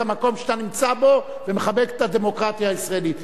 המקום שאתה נמצא בו ומכבד את הדמוקרטיה הישראלית.